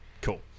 cool